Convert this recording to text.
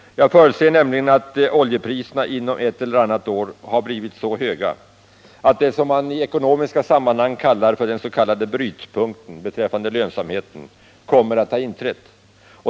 Jag förutser nämligen att oljepriserna inom ett eller annat år har blivit så höga att vad man i ekonomiska sammanhang kallar för brytpunkten beträffande lönsamheten kommer att ha inträtt.